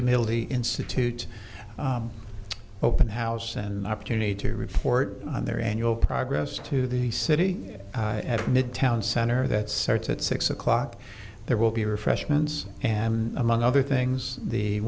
the insitute open house and opportunity to report on their annual progress to the city at midtown center that starts at six o'clock there will be refreshments and among other things the